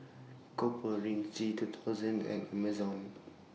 Copper Ridge G two thousand and Amazon